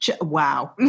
wow